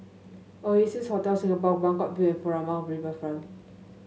Oasia Hotel Singapore Buangkok View and Furama Riverfront